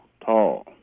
tall